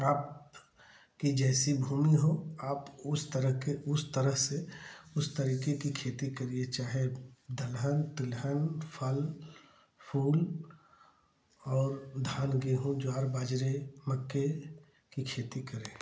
आप की जैसी भूमि हो आप उस तरह के उस तरह से उस तरीके की खेती करिए चाहे दलहन तिलहन फल फूल और धान गेहूँ ज्वार बाजरे मक्के की खेती करें